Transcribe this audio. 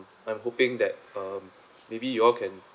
I'm hoping that um maybe you all can